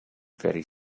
very